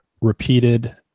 repeated